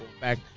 back